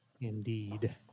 indeed